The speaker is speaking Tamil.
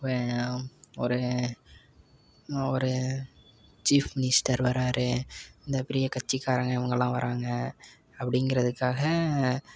இப்போ ஒரு ஒரு ஃஷீப் மினிஸ்டர் வர்றாரு இந்த பெரிய கட்சிக்காரங்கள் இவங்கள்லாம் வர்றாங்க அப்படிங்கிறதுக்காக